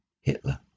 Hitler